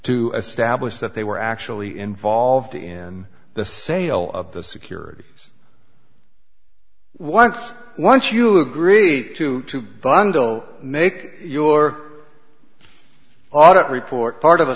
to establish that they were actually involved in the sale of the securities once once you agree to to bundle make your audit report part of a